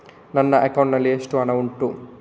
ನನ್ನ ಅಕೌಂಟ್ ನಲ್ಲಿ ಎಷ್ಟು ಹಣ ಉಂಟು?